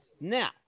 Now